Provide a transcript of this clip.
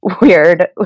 weird